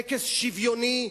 טקס שוויוני,